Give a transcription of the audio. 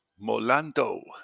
Molando